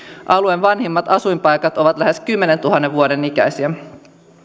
alueen vanhimmat asuinpaikat ovat lähes kymmenentuhannen vuoden ikäisiä